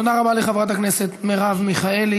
תודה רבה לחברת הכנסת מרב מיכאלי.